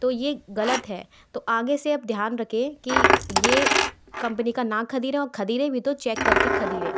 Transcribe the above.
तो यह गलत है तो आगे से आप ध्यान रखें कि यह कम्पनी का न खरीदें खरीदें भी तो चेक कर के खरीदें